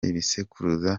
ibisekuruza